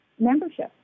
membership